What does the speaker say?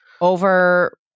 over